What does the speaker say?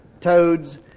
toads